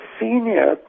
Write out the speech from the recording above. senior